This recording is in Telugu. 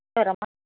ఎవరమ్మా